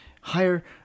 higher